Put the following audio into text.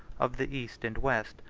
of the east and west,